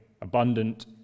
abundant